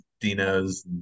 dino's